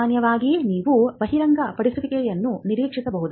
ಸಾಮಾನ್ಯವಾಗಿ ನೀವು ಬಹಿರಂಗಪಡಿಸುವಿಕೆಯನ್ನು ನಿರೀಕ್ಷಿಸಬಹುದು